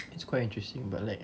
it's quite interesting but like